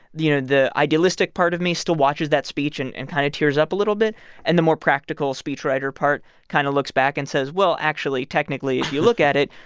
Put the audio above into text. you know, the idealistic part of me still watches that speech and and kind of tears up a little bit and the more practical speechwriter part kind of looks back and says, well, actually, technically you look at it,